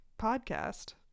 podcast